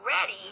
ready